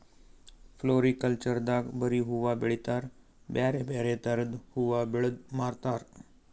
floriculture ದಾಗ್ ಬರಿ ಹೂವಾ ಬೆಳಿತಾರ್ ಬ್ಯಾರೆ ಬ್ಯಾರೆ ಥರದ್ ಹೂವಾ ಬೆಳದ್ ಮಾರ್ತಾರ್